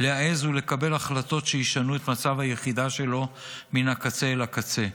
להעז ולקבל החלטות שישנו את מצב היחידה שלו מן הקצה אל הקצה.